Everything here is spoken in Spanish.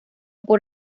por